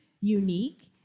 unique